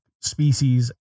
species